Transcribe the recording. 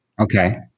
Okay